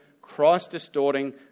Christ-distorting